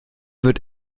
wird